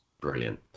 Brilliant